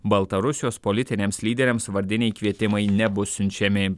baltarusijos politiniams lyderiams vardiniai kvietimai nebus siunčiami